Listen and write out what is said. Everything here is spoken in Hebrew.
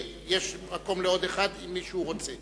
ויש מקום לעוד אחד, אם מישהו רוצה.